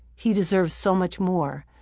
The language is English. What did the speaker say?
he deserves so much more.